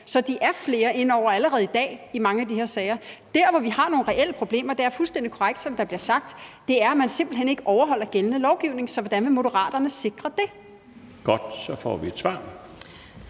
Så de er allerede i dag flere inde over det i mange af de her sager. Det, som vi har nogle reelle problemer med – det er fuldstændig korrekt, hvad der bliver sagt – er, at man simpelt hen ikke overholder gældende lovgivning. Så hvordan vil Moderaterne sikre det? Kl. 12:54 Den fg.